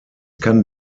kann